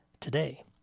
today